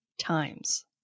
times